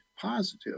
positive